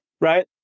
Right